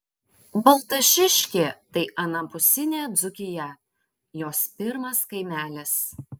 baltašiškė tai anapusinė dzūkija jos pirmas kaimelis